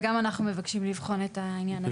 וגם אנחנו מבקשים לבחון את העניין הזה.